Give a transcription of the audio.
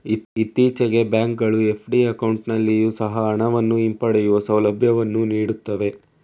ಇತ್ತೀಚೆಗೆ ಬ್ಯಾಂಕ್ ಗಳು ಎಫ್.ಡಿ ಅಕೌಂಟಲ್ಲಿಯೊ ಸಹ ಹಣವನ್ನು ಹಿಂಪಡೆಯುವ ಸೌಲಭ್ಯವನ್ನು ನೀಡುತ್ತವೆ